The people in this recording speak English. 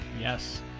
Yes